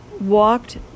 walked